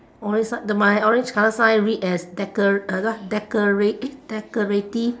orange sign the my orange colour sign read as decor~ uh what decorate eh decorative